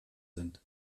sind